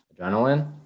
adrenaline